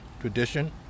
tradition